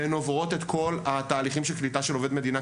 והן עוברות את כל התהליכים של קליטת עובד מדינה,